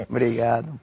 Obrigado